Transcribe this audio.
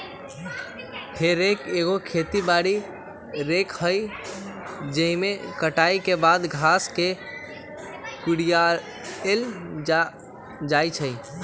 हे रेक एगो खेती बारी रेक हइ जाहिमे कटाई के बाद घास के कुरियायल जाइ छइ